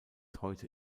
heute